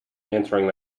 answering